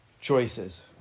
choices